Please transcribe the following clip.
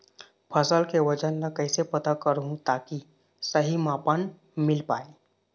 फसल के वजन ला कैसे पता करहूं ताकि सही मापन मील पाए?